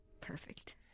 perfect